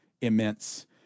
immense